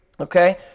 Okay